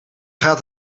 gaat